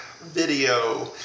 video